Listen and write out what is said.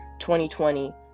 2020